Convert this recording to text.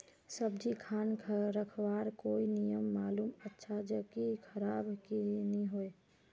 सब्जी खान रखवार कोई नियम मालूम अच्छा ज की खराब नि होय?